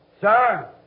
Sir